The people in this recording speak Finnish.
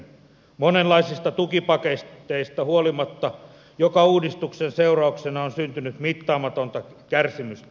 monenlaisista tukipaketeista huolimatta joka uudistuksen seurauksena on syntynyt mittaamatonta kärsimystä